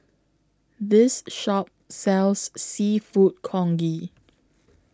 This Shop sells Seafood Congee